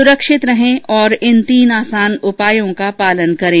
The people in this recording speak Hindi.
सुरक्षित रहें और इन तीन आसान उपायों का पालन करें